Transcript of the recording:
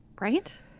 Right